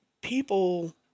people